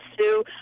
Sue